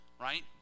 right